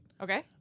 okay